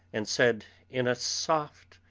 and said in a soft,